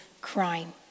crime